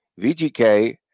VGK